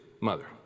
mother